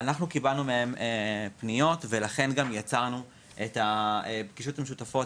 אנחנו קיבלנו פניות ולכן גם יצרנו את הפגישות המשותפות